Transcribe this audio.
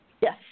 Yes